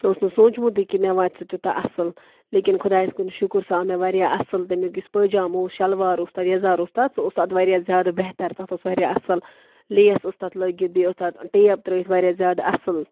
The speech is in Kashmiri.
مےٚ اوس سونٛچمُتے کہِ مےٚ واتہِ سُہ تیوٗتاہ اَصٕل لیکِن خۄدایَس کُن شُکُر سُہ آو مےٚ واریاہ اَصٕل تمیُک یُس پٲیجام اوس شَلوار اوس تَتھ یَزار اوس تَتھ سُہ اوس تتھ واریاہ زیادٕ بہتر تَتھ اوس واریاہ اَصٕل لیس ٲس تَتھ لٲگِتھ بیٚیہِ اوس تَتھ ٹیپ ترٲیِتھ واریاہ زیادٕ اَصٕل